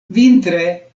vintre